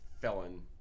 felon